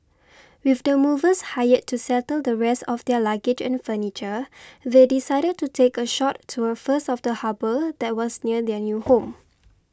with the movers hired to settle the rest of their luggage and furniture they decided to take a short tour first of the harbour that was near their new home